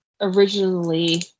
originally